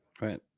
Right